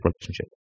relationship